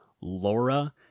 Laura